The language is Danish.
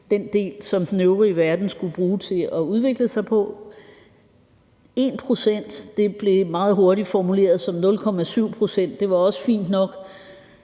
– det, som den øvrige verden skulle bruge til at udvikle sig på, men 1 pct. blev meget hurtig formuleret som 0,7 pct. Det var også fint nok,